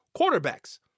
quarterbacks